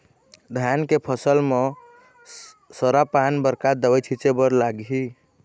धान के फसल म सरा पान बर का दवई छीचे बर लागिही?